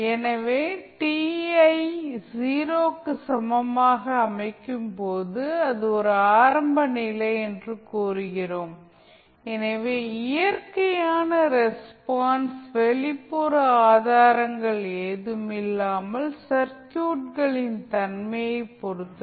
எனவே t ஐ 0 க்கு சமமாக அமைக்கும் போது இது ஒரு ஆரம்ப நிலை என்று கூறுகிறோம் எனவே இயற்கையான ரெஸ்பான்ஸ் வெளிப்புற ஆதாரங்கள் ஏதுமில்லாமல் சர்க்யூட்களின் தன்மையைப் பொறுத்தது